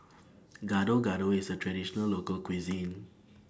Gado Gado IS A Traditional Local Cuisine